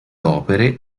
opere